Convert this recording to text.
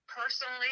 personally